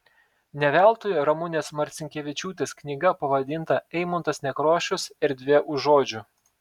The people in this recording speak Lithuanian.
ne veltui ramunės marcinkevičiūtės knyga pavadinta eimuntas nekrošius erdvė už žodžių